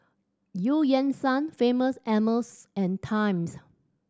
Eu Yan Sang Famous Amos and Times